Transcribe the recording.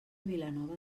vilanova